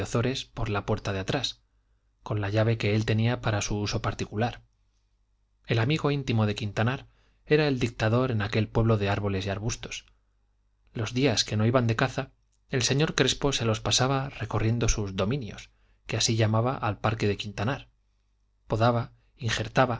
por la puerta de atrás con la llave que él tenía para su uso particular el amigo íntimo de quintanar era el dictador en aquel pueblo de árboles y arbustos los días que no iban de caza el señor crespo se los pasaba recorriendo sus dominios que así llamaba al parque de quintanar podaba injertaba